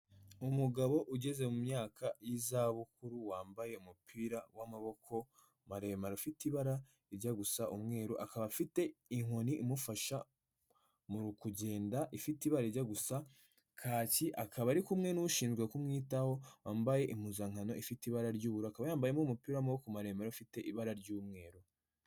Umugabo ugeze mu myaka y'izabukuru wambaye umupira w'amaboko maremare, afite ibara rijya gusa umweru, akaba afite inkoni imufasha mu kugenda ifite ibara rijya gusa kaki, akaba ari kumwe n'ushinzwe kumwitaho wambaye impuzankano ifite ibara ry'ubururu, akaba yambayemo umupira w'amaboko maremare ufite ibara ry'umweru.